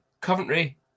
Coventry